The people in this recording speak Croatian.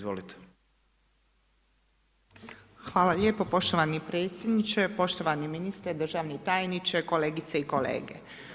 Hvala lijepo poštovani predsjedniče, poštovani ministre, državni tajniče, kolegice i kolege.